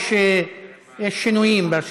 יש שינויים ברשימה,